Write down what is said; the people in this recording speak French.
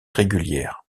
régulière